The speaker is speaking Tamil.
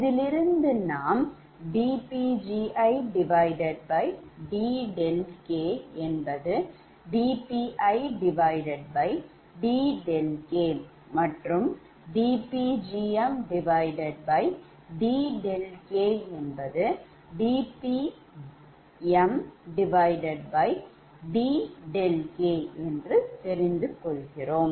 இதிலிருந்து நாம் dPgidɗkdPidɗk மற்றும்dPgmdɗkdPmdɗk என்று தெரிந்து கொள்கிறோம்